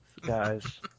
guys